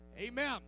Amen